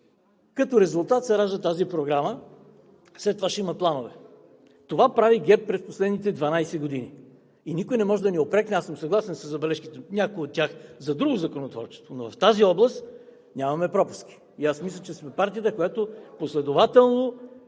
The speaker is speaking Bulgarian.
Като резултат се ражда тази програма. След това ще има планове. Това прави ГЕРБ през последните 12 години и никой не може да ни упрекне. Аз съм съгласен със забележките – някои от тях, за друго законотворчество. Но в тази област нямаме пропуски. Аз мисля, че сме партията, която последователно